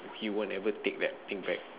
he won't ever take that thing back